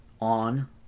on